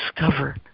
discover